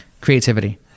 Creativity